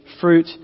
fruit